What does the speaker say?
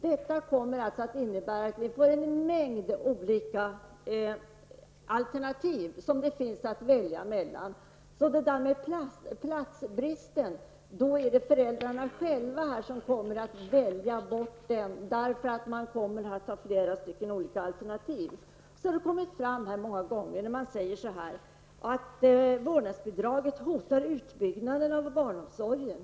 Detta kommer att medföra att föräldrarna själva kan ''välja bort'' platsbristen eftersom de får en mängd olika alternativ att välja emellan. Det har sagts många gånger att vårdnadsersättningen hotar utbyggnaden av barnomsorgen.